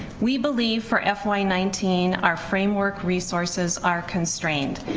we believe for fy nineteen our framework resources are constrained.